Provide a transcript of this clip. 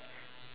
but ya